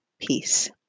peace